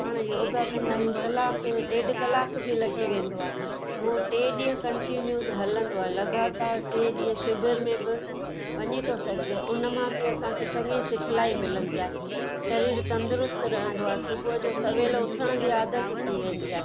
पाणि योगा कंदा आहियूं कलाक ॾेढु कलाक बि लॻी वेंदो आहे उहो टे ॾींहं कंटीन्यूज़ हलंदो आहे लगातार टे ॾींहं शिविर में बि वञी थो सघिजे हुन मां बि असांखे चङी सिखलाई मिलंदी आहे सरीरु तंदुरुस्त रहंदो आहे सुबुह जो सवेल उथण जी आदति थी वेंदी आहे